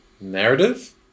Narrative